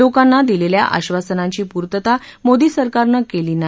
लोकांना दिलेल्या आश्वासनांची पूर्तता मोदी सरकारनं केली नाही